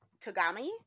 Togami